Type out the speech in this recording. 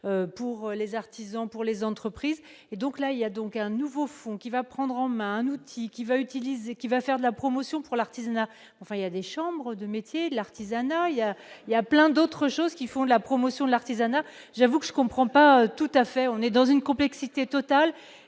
pour les artisans pour les entreprises et donc là il y a donc un nouveau fonds qui va prendre en mains un outil qui va utiliser qui va faire de la promotion pour l'artisanat, enfin il y a des chambres de métiers de l'artisanat, il y a, il y a plein d'autres choses qui font la promotion de l'artisanat, j'avoue que je comprends pas tout à fait, on est dans une complexité totale